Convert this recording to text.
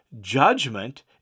judgment